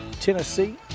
Tennessee